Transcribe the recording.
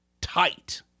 tight